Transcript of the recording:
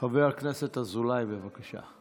חבר הכנסת אזולאי, בבקשה.